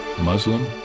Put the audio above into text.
Muslim